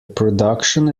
production